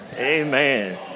Amen